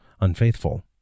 unfaithful